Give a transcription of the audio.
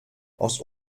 aus